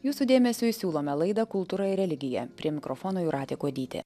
jūsų dėmesiui siūlome laidą kultūra ir religija prie mikrofono jūratė kuodytė